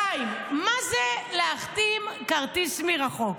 2. מה זה להחתים כרטיס מרחוק?